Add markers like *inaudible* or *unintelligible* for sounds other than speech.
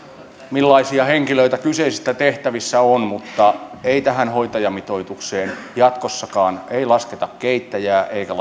millaisia henkilöitä kyseisissä tehtävissä on mutta ei tähän hoitajamitoitukseen jatkossakaan lasketa keittäjää eikä *unintelligible*